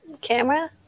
camera